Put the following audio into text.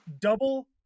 double